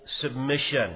submission